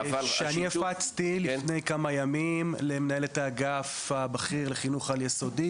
אני הפצתי לפני כמה ימים למנהלת האגף הבכיר לחינוך העל יסודי,